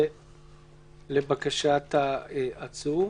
לבקשת העצור.